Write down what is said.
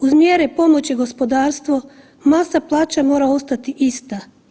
Uz mjere pomoći gospodarstvo masa plaća mora ostati ista.